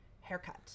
haircut